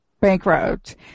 bankrupt